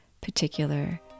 particular